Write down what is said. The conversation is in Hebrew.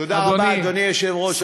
תודה רבה, אדוני היושב-ראש.